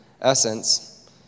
essence